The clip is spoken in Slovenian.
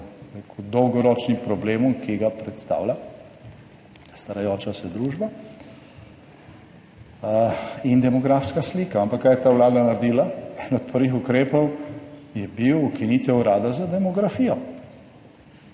dolgoročnim problemom, ki ga predstavlja starajoča se družba in demografska slika. Ampak kaj je ta Vlada naredila? Eden od prvih ukrepov je bil ukinitev Urada za demografijo.